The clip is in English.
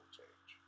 change